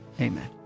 Amen